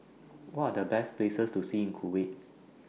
What Are The Best Places to See in Kuwait